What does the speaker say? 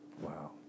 Wow